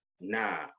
Nah